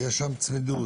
יש שם צמידות,